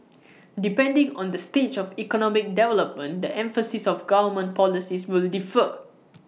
depending on the stage of economic development the emphasis of government policies will differ